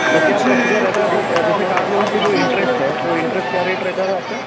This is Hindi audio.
तो क्या प्रोसीजर रहता है सर जैसे कार लोन की जो इंटरेस्ट है तो इंटरेस्ट क्या रेट रहता है आपका